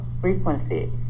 frequency